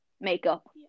makeup